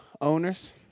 owners